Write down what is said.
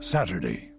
Saturday